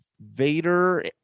Vader